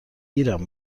گیرم